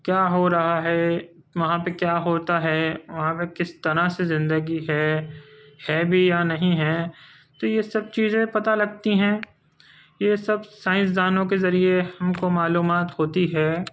کیا ہو رہا ہے وہاں پہ کیا ہوتا ہے وہاں پہ کس طرح سے زندگی ہے ہے بھی یا نہیں ہے تو یہ سب چیزیں پتہ لگتی ہیں یہ سب سائنس دانوں کے ذریعے ہم کو معلومات ہوتی ہے